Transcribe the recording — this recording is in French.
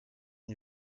une